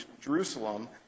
Jerusalem